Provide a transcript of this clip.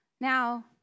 Now